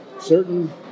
certain